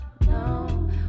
no